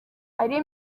ari